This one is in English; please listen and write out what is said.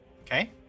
Okay